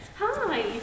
Hi